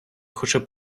хоче